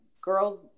girls